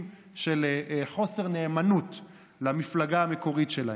של חוסר נאמנות למפלגה המקורית שלהם,